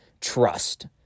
Trust